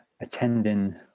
attending